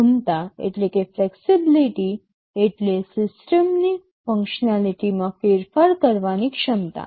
સુગમતા એટલે સિસ્ટમની ફંક્સનાલીટીમાં ફેરફાર કરવાની ક્ષમતા